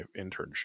internship